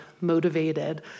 motivated